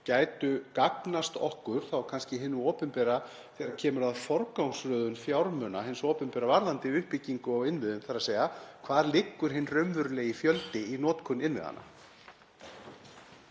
gætu gagnast okkur, þá kannski hinu opinbera þegar kemur að forgangsröðun fjármuna hins opinbera varðandi uppbyggingu á innviðum, þ.e. hvar liggur hinn raunverulegi fjöldi í notkun innviðanna?